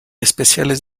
especiales